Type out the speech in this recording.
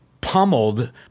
pummeled